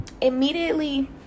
immediately